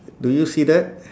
do you see that